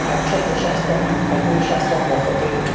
नक्षत्रशास्त्रं खगोलशास्त्रं वर्तते